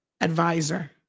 advisor